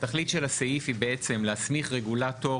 התכלית של הסעיף היא בעצם להסמיך רגולטור